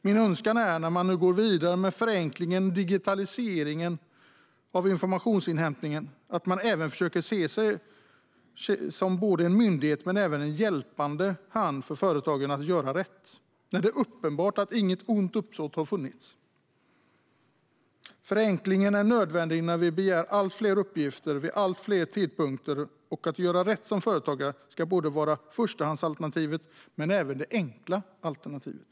Min önskan när man nu går vidare med förenklingen och digitaliseringen av informationsinhämtningen är att man försöker se sig både som en myndighet och som en hjälpande hand för att företagen ska kunna göra rätt, när det är uppenbart att inget ont uppsåt har funnits. Förenklingen är nödvändig när vi begär allt fler uppgifter vid allt fler tidpunkter. Att göra rätt som företagare ska vara förstahandsalternativet men även det enkla alternativet.